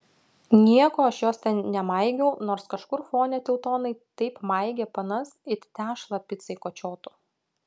nieko aš jos ten nemaigiau nors kažkur fone teutonai taip maigė panas it tešlą picai kočiotų